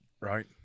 right